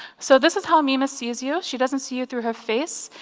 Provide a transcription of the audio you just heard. so this is how mimus sees you. she doesn't see you through her face,